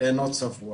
לא צבוע.